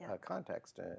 context